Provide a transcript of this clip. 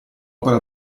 opera